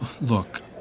Look